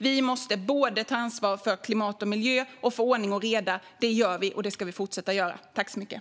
Vi måste ta ansvar för såväl klimat och miljö som ordning och reda, och det gör vi och ska fortsätta att göra.